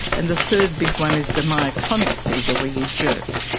and the third big one is the myoclonic seizure where you jerk.